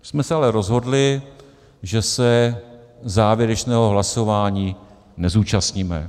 My jsme se ale rozhodli, že se závěrečného hlasování nezúčastníme.